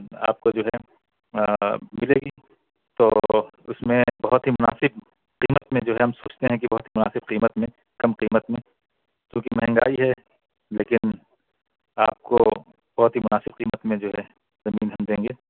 آپ کو جو ہے ملے گی تو اس میں بہت ہی مناسب قیمت میں جو ہے ہم سوچتے ہیں کہ بہت مناسب قیمت میں کم قیمت میں چوںکہ مہنگائی ہے لیکن آپ کو بہت ہی مناسب قیمت میں جو ہے زمین ہم دیں گے